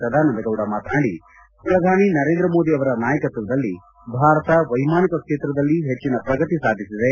ಸದಾನಂದಗೌಡ ಮಾತನಾಡಿ ಪ್ರಧಾನಿ ನರೇಂದ್ರಮೋದಿ ಅವರ ನಾಯಕತ್ವದಲ್ಲಿ ಭಾರತ ವೈಮಾನಿಕ ಕ್ಷೇತ್ರದಲ್ಲಿ ಹೆಚ್ಚಿನ ಪ್ರಗತಿ ಸಾಧಿಸಿದೆ